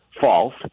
false